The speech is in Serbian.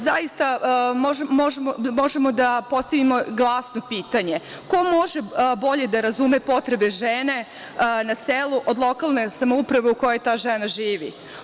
Zaista, možemo da postavimo glasno pitanje – ko može bolje da razume potrebe žene na selu od lokalne samouprave u kojoj ta žena živi?